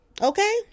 Okay